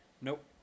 Nope